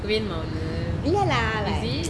இல்ல:illa lah like